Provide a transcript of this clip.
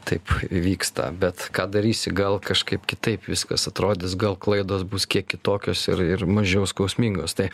taip vyksta bet ką darysi gal kažkaip kitaip viskas atrodys gal klaidos bus kiek kitokios ir ir mažiau skausmingos tai